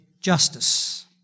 justice